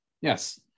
yes